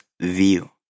View